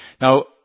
Now